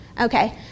Okay